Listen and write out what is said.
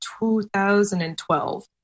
2012